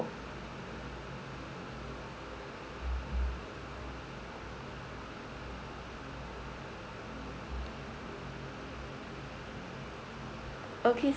okay